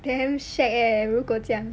damn shag leh 如果这样